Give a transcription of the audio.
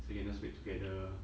so you can just wait together